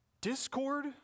discord